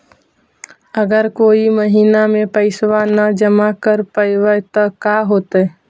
अगर कोई महिना मे पैसबा न जमा कर पईबै त का होतै?